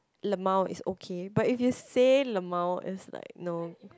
lmao is okay but if you say lmao is like no